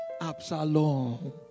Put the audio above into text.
Absalom